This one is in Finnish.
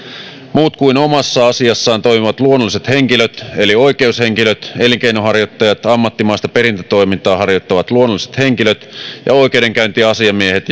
muut kuin omassa asiassaan toimivat luonnolliset henkilöt eli oikeushenkilöt elinkeinonharjoittajat ammattimaista perintätoimintaa harjoittavat luonnolliset henkilöt ja oikeudenkäyntiasiamiehet